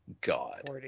God